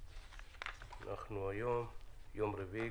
היום יום רביעי,